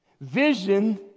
Vision